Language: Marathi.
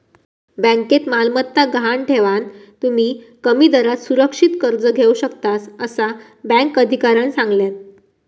बँकेत मालमत्ता गहाण ठेवान, तुम्ही कमी दरात सुरक्षित कर्ज घेऊ शकतास, असा बँक अधिकाऱ्यानं सांगल्यान